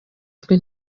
twe